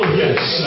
yes